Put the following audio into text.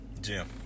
Jim